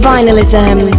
Vinylism